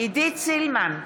עידית סילמן,